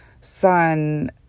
son